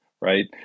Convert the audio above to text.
right